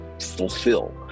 fulfill